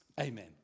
Amen